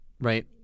right